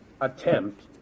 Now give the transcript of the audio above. attempt